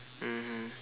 mmhmm